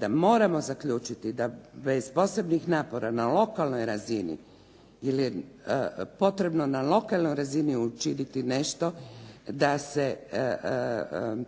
da moramo zaključiti da bez posebnih napora na lokalnoj razini učiniti nešto da se